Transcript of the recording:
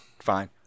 fine